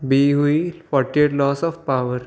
ॿी हुई forty eight loss of power